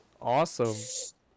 Awesome